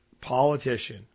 politician